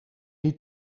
niet